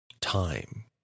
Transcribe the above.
time